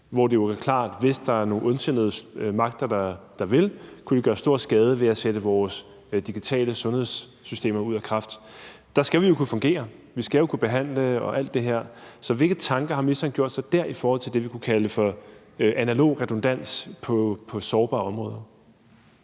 hvor det jo er klart, at hvis der er nogen ondsindede magter, der vil, så kan de gøre stor skade ved at sætte vores digitale sundhedssystemer ud af kraft, og der skal vi jo kunne fungere. Vi skal jo kunne behandle osv., så hvilke tanker har ministeren gjort sig dér, i forhold til det, vi kunne kalde for analog redundans på sårbare områder?